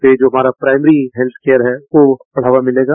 ये जो हमारा प्राइमरी हेत्थकेयरहै को बढ़ावा मिलेगा